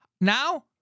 Now